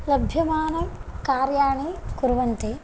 लभ्यमानकार्याणि कुर्वन्ति